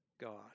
God